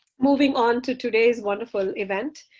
moving on to today's wonderful event.